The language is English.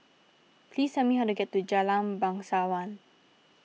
please tell me how to get to Jalan Bangsawan